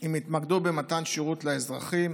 אם יתמקדו במתן שירות לאזרחים,